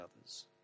others